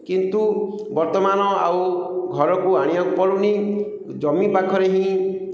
କିନ୍ତୁ ବର୍ତ୍ତମାନ ଆଉ ଘରକୁ ଆଣିବାକୁ ପଡ଼ୁନି ଜମି ପାଖରେ ହିଁ